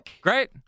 Great